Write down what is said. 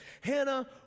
Hannah